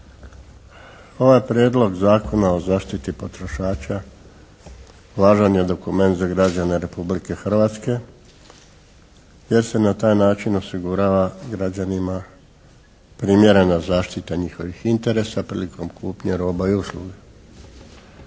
Ovaj Prijedlog Zakona o zaštiti potrošača važan je dokument za građane Republike Hrvatske, jer se na taj način osigurava građanima primjerena zaštita njihovih interesa prilikom kupnje roba i usluga.